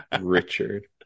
Richard